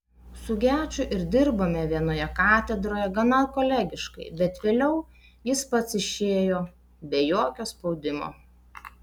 su geču ir dirbome vienoje katedroje gana kolegiškai bet vėliau jis pats išėjo be jokio spaudimo